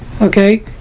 Okay